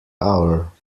hour